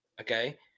Okay